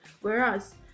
Whereas